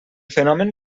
fenomen